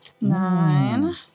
Nine